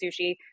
sushi